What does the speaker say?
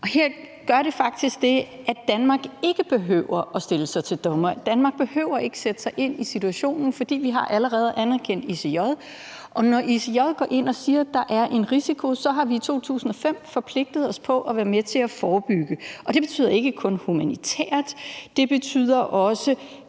det gør faktisk det, at Danmark ikke behøver at stille sig til dommer. Danmark behøver ikke sætte sig ind i situationen, for vi har allerede anerkendt ICJ, og når ICJ går ind og siger, at der er en risiko, har vi i 2005 forpligtet os på at være med til at forebygge. Og det betyder ikke kun humanitært. Det betyder også,